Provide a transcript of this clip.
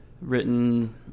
written